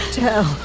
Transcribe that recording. tell